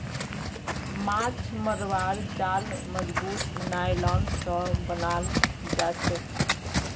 माछ मरवार जाल मजबूत नायलॉन स बनाल जाछेक